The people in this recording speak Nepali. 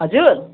हजुर